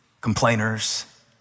complainers